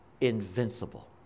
invincible